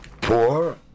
Poor